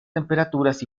temperaturas